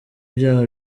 byaha